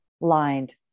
lined